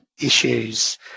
issues